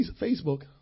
Facebook